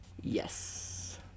yes